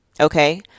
Okay